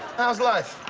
how's life?